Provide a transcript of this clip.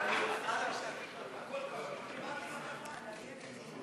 לא נתקבלה.